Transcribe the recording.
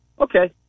okay